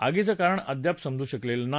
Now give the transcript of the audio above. आगीचं कारण अद्याप समजू शकलं नाही